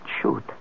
shoot